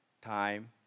Time